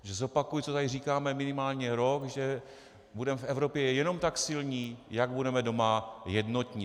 Takže zopakuji, co tady říkáme minimálně rok, že budeme v Evropě jenom tak silní, jak budeme doma jednotní.